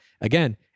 Again